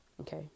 okay